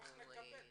נעביר לכם.